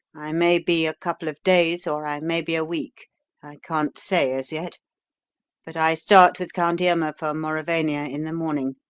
i may be a couple of days or i may be a week i can't say as yet but i start with count irma for mauravania in the morning.